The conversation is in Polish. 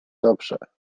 dobrze